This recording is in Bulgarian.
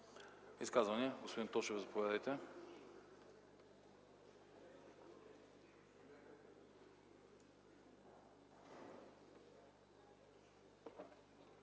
Изказвания? Господин Тошев, заповядайте.